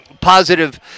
positive